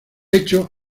hecho